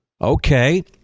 Okay